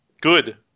Good